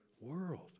world